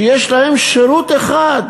שיש להם שירות אחד,